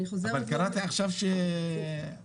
אבל קראתי עכשיו שאוטוטו.